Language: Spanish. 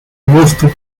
agosto